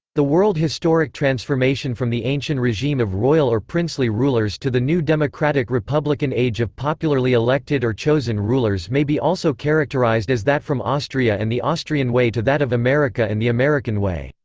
the world-historic transformation from the ancien regime of royal or princely rulers to the new democratic-republican age of popularly elected or chosen rulers may be also characterized as that from austria and the austrian way to that of america and the american way.